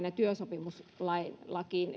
ja työsopimuslakiin